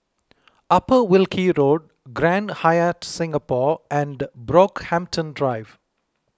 Upper Wilkie Road Grand Hyatt Singapore and Brockhampton Drive